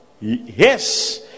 yes